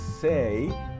say